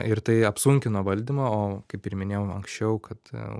ir tai apsunkino valdymą o kaip ir minėjau anksčiau kad